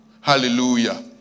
Hallelujah